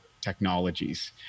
technologies